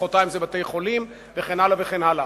מחרתיים זה בתי-חולים וכן הלאה וכן הלאה.